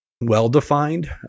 well-defined